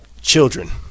children